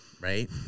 right